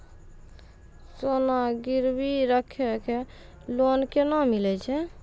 सोना गिरवी राखी कऽ लोन केना मिलै छै?